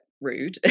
rude